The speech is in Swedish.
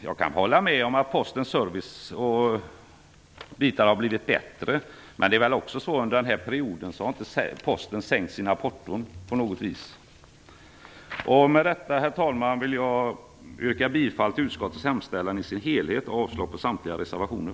Jag kan hålla med om att Postens service och annat har blivit bättre. Men Posten har inte sänkt sina porton under den här perioden. Herr talman! Med detta vill jag yrka bifall till utskottets hemställan i dess helhet och avslag på samtliga reservationer.